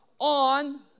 on